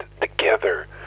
together